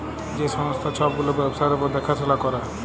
যে সংস্থা ছব গুলা ব্যবসার উপর দ্যাখাশুলা ক্যরে